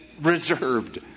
reserved